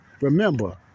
Remember